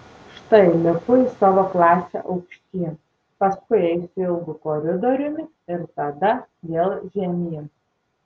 štai lipu į savo klasę aukštyn paskui eisiu ilgu koridoriumi ir tada vėl žemyn